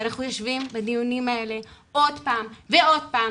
אנחנו יושבים בדיונים האלה עוד פעם ועוד פעם